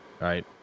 Right